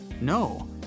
no